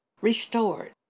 restored